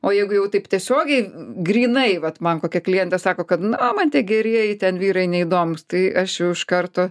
o jeigu jau taip tiesiogiai grynai vat man kokia klientė sako kad na man tie gerieji ten vyrai neįdomūs tai aš jau iš karto